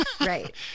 Right